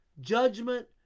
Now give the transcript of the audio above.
judgment